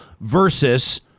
versus